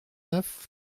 neuf